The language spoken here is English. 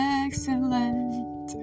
excellent